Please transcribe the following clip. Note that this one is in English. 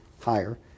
higher